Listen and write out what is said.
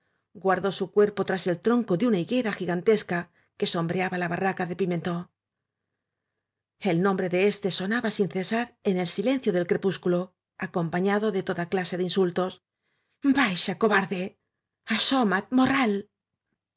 guardó su cuerpo tras el tronco de una higuera gigan tesca que sombreaba la barraca de pimentó el nombre de éste sonaba sin cesar en el silencio del crepúsculo acompañado de toda clase de insultos baixa cobarde asómat morral